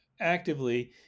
actively